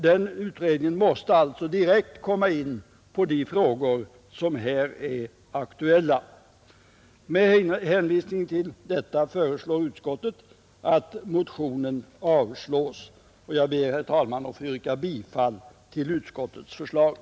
Den utredningen måste alltså direkt komma in på de frågor som här är aktuella. Med hänvisning till detta föreslår utskottet att motionen avslås, och jag ber, herr talman, att få yrka bifall till utskottets hemställan.